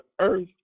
earth